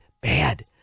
Bad